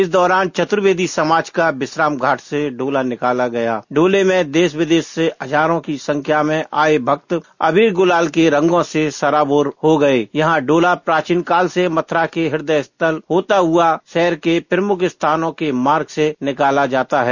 इस दौरान चतुर्वेदी समाज का विश्राम घाट से डोला निकाला गया डोले में देश विदेश से हजारों की संख्या में लम भक्त अबीर गुलाल के रंगो से सराबोर है यह डोला प्राचीन काल से मथुरा के हदय स्थल होता हुआ शहर के प्रमुख स्थानों के मार्ग से निकाला जाता है